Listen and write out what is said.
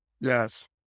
yes